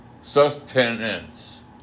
Sustenance